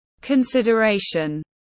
consideration